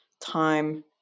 time